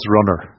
Runner